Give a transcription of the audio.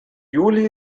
juli